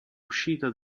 uscita